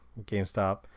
GameStop